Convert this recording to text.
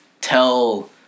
tell